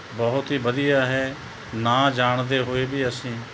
ਬਹੁਤ ਹੀ ਵਧੀਆ ਇਹ ਨਾ ਜਾਣਦੇ ਹੋਏ ਵੀ ਅਸੀਂ